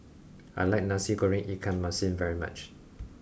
I like nasi goreng ikan masin very much